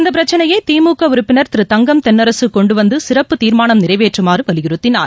இந்த பிரச்சினையை திமுக உறுப்பினர் திரு தங்கம் தென்னரசு கொண்டு வந்து சிறப்பு தீர்மானம் நிறைவேற்றுமாறு வலியுறுத்தினார்